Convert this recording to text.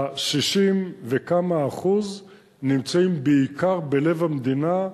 ה-60 וכמה אחוזים נמצאים בעיקר בלב המדינה,